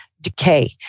decay